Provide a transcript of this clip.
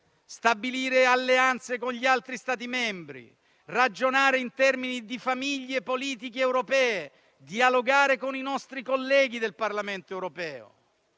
stabilire alleanze con gli altri Stati membri, ragionare in termini di famiglie politiche europee, dialogare con i nostri colleghi del Parlamento europeo.